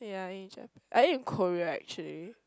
yea in Asia I think in Korea actually